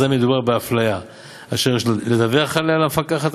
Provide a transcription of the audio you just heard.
אזי מדובר באפליה אשר יש לדווח עליה למפקחת